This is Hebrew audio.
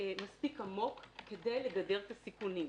מספיק עמוק כדי לגדר את הסיכונים.